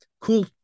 cool